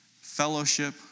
Fellowship